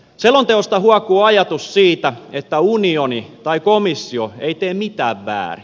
selonteosta huokuu ajatus siitä että unioni tai komissio ei tee mitään väärin